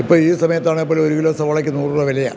ഇപ്പം ഈ സമയത്താണെങ്കിൽപ്പോലും ഒരു കിലോ സവാളയ്ക്ക് നൂറ് രൂപ വിലയാ